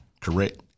correct